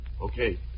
Okay